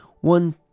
one